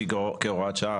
שהיא כהוראת שעה,